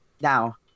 now